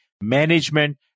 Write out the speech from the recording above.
management